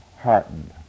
heartened